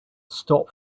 stop